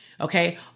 Okay